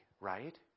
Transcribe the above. right